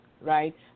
right